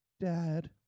Dad